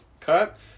cut